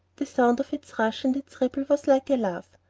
the sound of its rush and its ripple was like a laugh.